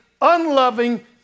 unloving